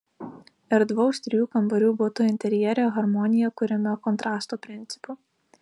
erdvaus trijų kambarių buto interjere harmonija kuriama kontrasto principu